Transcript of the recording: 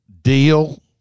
deal